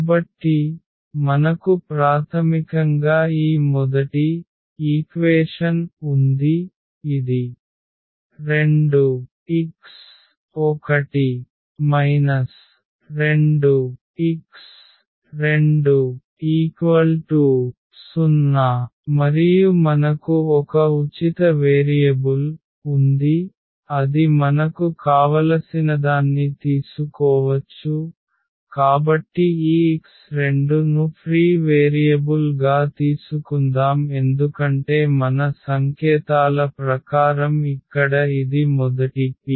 కాబట్టి మనకు ప్రాథమికంగా ఈ మొదటి సమీకరణం ఉంది ఇది 2 x1 2x2 0 మరియు మనకు ఒక ఉచిత వేరియబుల్ ఉంది అది మనకు కావలసినదాన్ని తీసుకోవచ్చు కాబట్టి ఈ x2ను ఫ్రీ వేరియబుల్ గా తీసుకుందాం ఎందుకంటే మన సంకేతాల ప్రకారం ఇక్కడ ఇది మొదటి p